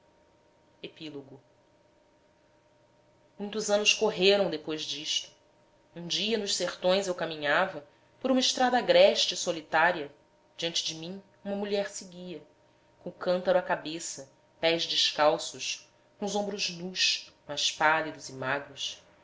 epílogo muitos anos correram depois disto um dia nos sertões eu caminhava por uma estrada agreste e solitária diante de mim ua mulher seguia co o cântaro à cabeça pés descalços co'os ombros nus mas pálidos e magros